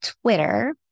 Twitter